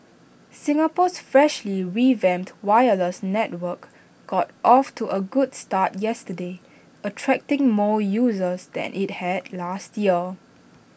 Singapore's freshly revamped wireless network got off to A good start yesterday attracting more users than IT had last year